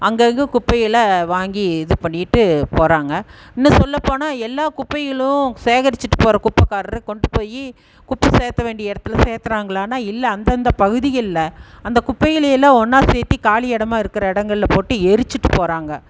அங்கங்கே குப்பைகளை வாங்கி இது பண்ணிவிட்டு போகிறாங்க இன்னும் சொல்ல போனால் எல்லா குப்பைகளும் சேகரிச்சுட்டு போகிற குப்பைக்காரரு கொண்டு போய் குப்பை சேர்க்க வேண்டிய இடத்துல சேர்க்குறாங்களானா இல்லை அந்தந்த பகுதிகளில் அந்த குப்பை குப்பைகளை எல்லாம் ஒன்றா சேர்த்து காலி இடமா இருக்கிற இடங்கள்ல போட்டு எரிச்சுட்டு போகிறாங்க